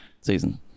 season